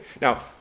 Now